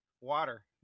Water